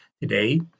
today